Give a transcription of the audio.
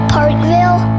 Parkville